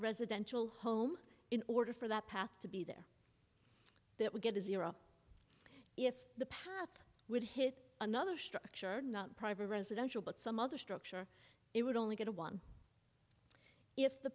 residential home in order for that path to be there that would get to zero if the path would hit another structure not private residential but some other structure it would only get to one if the